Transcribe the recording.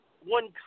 one